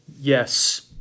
Yes